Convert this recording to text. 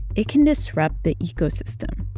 it can disrupt the ecosystem.